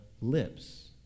lips